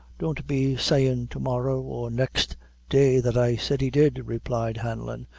don't be sayin' to-morrow or next day that i said he did, replied hanlon.